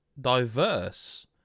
diverse